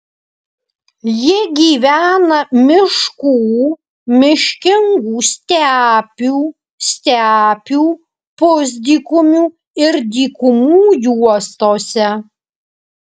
ji gyvena miškų miškingų stepių stepių pusdykumių ir dykumų juostose